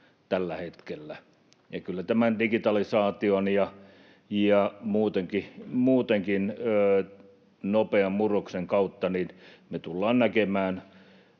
tällä hetkellä, ja kyllä tämän digitalisaation ja muutenkin nopean murroksen kautta me tullaan näkemään